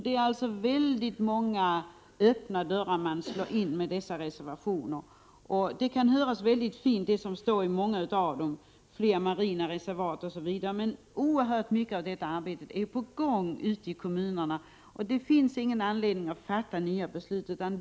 Det är alltså många öppna dörrar man slår in genom dessa reservationer. Vad som står i flera av reservationerna kan låta fint — fler marina reservat osv. — men mycket av detta arbete är på gång ute i kommunerna och det finns ingen anledning att fatta nya beslut.